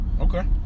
Okay